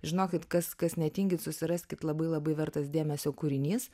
žinokit kas kas netingit susiraskit labai labai vertas dėmesio kūrinys